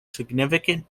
significant